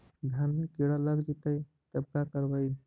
धान मे किड़ा लग जितै तब का करबइ?